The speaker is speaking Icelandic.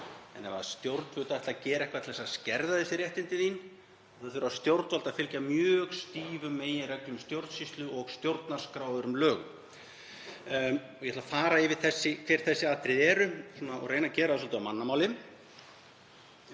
En ef stjórnvöld ætla að gera eitthvað til að skerða þessi réttindi þurfa þau að fylgja mjög stífum meginreglum stjórnsýslu og stjórnarskrár, og öðrum lögum. Ég ætla að fara yfir hver þessi atriði eru og reyna að gera það svolítið á mannamáli.